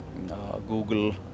Google